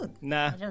Nah